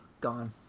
gone